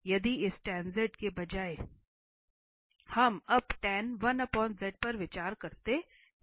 यदि इस tan z के बजाय हम अब पर विचार करते हैं